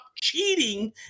cheating